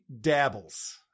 Dabbles